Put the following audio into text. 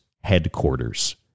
headquarters